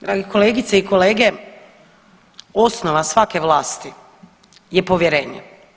Dragi kolegice i kolege, osnova svake vlasti je povjerenje.